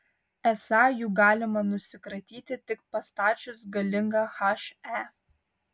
esą jų galima nusikratyti tik pastačius galingą he